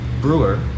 brewer